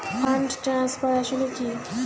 Fund transfer আসলে কী?